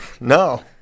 no